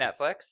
Netflix